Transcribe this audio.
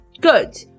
good